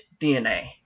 DNA